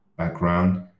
background